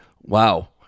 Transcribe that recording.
Wow